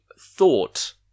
thought